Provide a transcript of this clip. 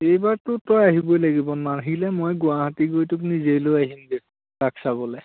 এইবাৰতো তই আহিবই লাগিব নাহিলে মই গুৱাহাটী গৈ তোক নিজে লৈ আহিমগৈ ৰাস চাবলৈ